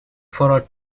forward